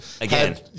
again